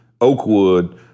Oakwood